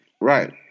Right